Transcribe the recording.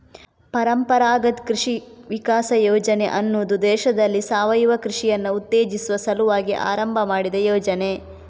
ಪರಂಪರಾಗತ್ ಕೃಷಿ ವಿಕಾಸ ಯೋಜನೆ ಅನ್ನುದು ದೇಶದಲ್ಲಿ ಸಾವಯವ ಕೃಷಿಯನ್ನ ಉತ್ತೇಜಿಸುವ ಸಲುವಾಗಿ ಆರಂಭ ಮಾಡಿದ ಯೋಜನೆ